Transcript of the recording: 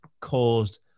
caused